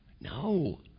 No